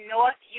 North